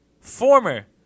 former